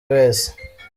wese